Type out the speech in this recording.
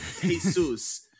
Jesus